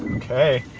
and ok